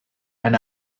and